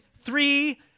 Three